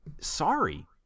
sorry